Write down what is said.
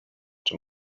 czy